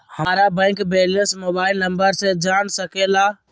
हमारा bank balance mobile number से जान सके ला?